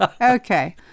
Okay